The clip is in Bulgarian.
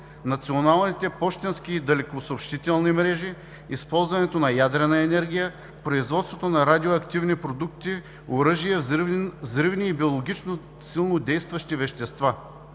националните пощенски и далекосъобщителни мрежи, използването на ядрена енергия, производството на радиоактивни продукти, оръжие, взривни и биологично силно действащи вещества“.